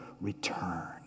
return